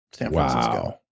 wow